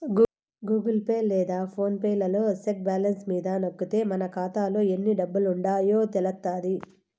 Google Pay లేదా PhonePe లలో సెక్ బ్యాలెన్స్ మీద నొక్కితే మన కాతాలో ఎన్ని డబ్బులుండాయో తెలస్తాది